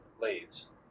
leaves